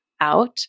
out